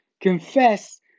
confess